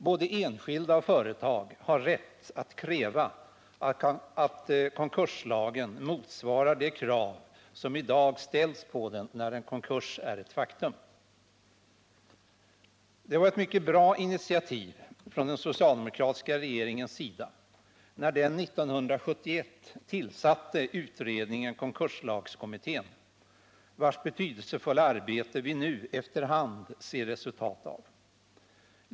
Både enskilda och företag har rätt att kräva att konkurslagen motsvarar de krav som i dag ställs på den när en konkurs är ett faktum, Det var ett mycket bra initiativ från den socialdemokratiska regeringen, när den 1971 tillsatte utredningen konkurslagskommittén, vars betydelsefulla arbete vi nu efter hand ser resultat av.